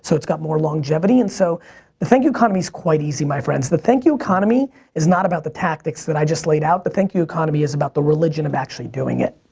so it's got more longevity. and so the thank you economy is quite easy my friends. the thank you economy is not about the tactics that i just laid out. the thank you economy is about the religion of actually doing it.